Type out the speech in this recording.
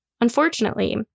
Unfortunately